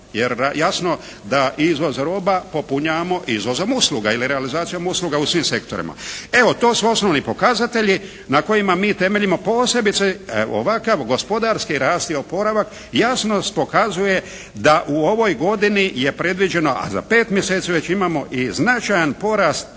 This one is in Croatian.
Jer jasno da izvoz roba popunjavamo izvozom usluga ili realizacijom usluga u svim sektorima. Evo to su osnovni pokazatelji na kojima mi temeljimo posebice ovakav gospodarski rast i oporavak jasno pokazuje da u ovoj godini je predviđeno, a za pet mjeseci već imamo i značajan porast,